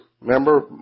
Remember